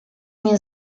nie